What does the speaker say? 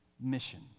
mission